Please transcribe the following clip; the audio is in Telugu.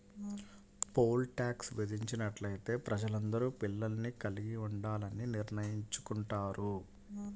పోల్ టాక్స్ విధించినట్లయితే ప్రజలందరూ పిల్లల్ని కలిగి ఉండాలని నిర్ణయించుకుంటారు